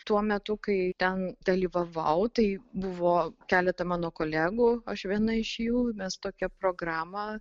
tuo metu kai ten dalyvavau tai buvo keleta mano kolegų aš viena iš jų mes tokią programą